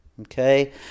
Okay